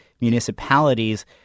municipalities